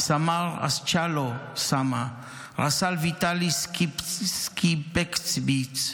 סמ"ר אסצ'אלו (אסי) סמה,